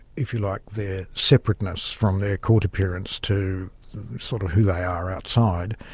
if you like, their separateness from their court appearance to sort of who they are outside.